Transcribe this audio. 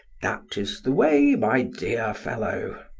that is the way, my dear fellow.